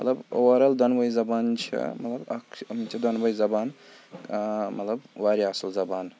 مطلب اوٚوَرآل دۄنوَے زَبان چھِ مطلب اَکھ چھِ یِم چھِ دۄنوَے زَبان مطلب واریاہ اَصٕل زَبان